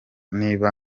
niba